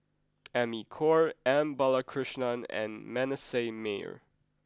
Amy Khor M Balakrishnan and Manasseh Meyer